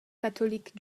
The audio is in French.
catholique